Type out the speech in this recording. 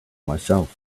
myself